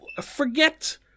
forget